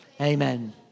Amen